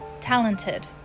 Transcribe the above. talented